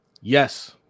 Yes